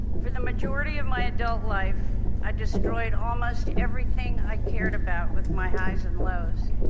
for the majority of my adult life i destroyed almost everything i cared about with my highs and lows.